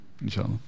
Inshallah